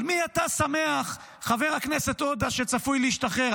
על מי אתה שמח, חבר הכנסת עודה, שצפוי להשתחרר?